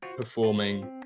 performing